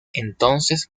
entonces